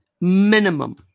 minimum